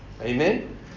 Amen